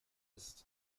ist